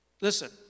Listen